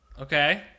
Okay